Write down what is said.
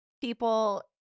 people